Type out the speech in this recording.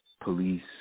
police